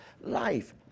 life